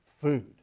food